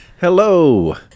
Hello